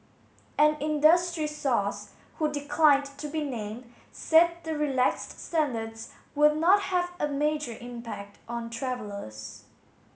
an industry source who declined to be named said the relaxed standards would not have a major impact on travellers